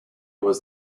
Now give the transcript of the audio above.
was